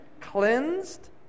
cleansed